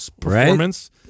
performance